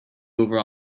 over